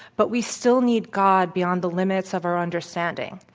but we still need god beyond the limits of our understanding.